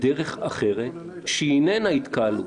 בדרך אחרת שהיא איננה התקהלות?